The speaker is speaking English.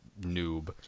noob